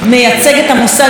וזה נשיא המדינה.